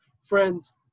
friends